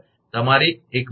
1 𝑘𝑉 આરએમએસr